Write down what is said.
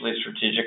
strategic